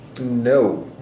No